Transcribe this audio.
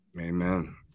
Amen